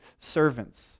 servants